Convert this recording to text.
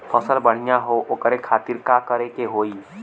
फसल बढ़ियां हो ओकरे खातिर का करे के होई?